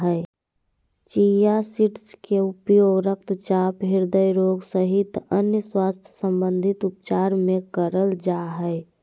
chia seeds के उपयोग रक्तचाप, हृदय रोग सहित अन्य स्वास्थ्य संबंधित उपचार मे करल जा हय